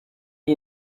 iyi